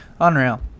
Unreal